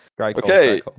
Okay